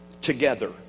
together